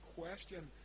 question